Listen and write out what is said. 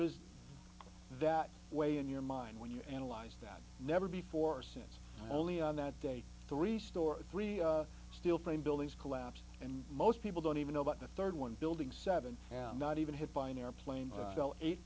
does that weigh in your mind when you analyze that never before since only on that day three story three steel framed buildings collapsed and most people don't even know about the rd one building seven am not even hit by an airplane eight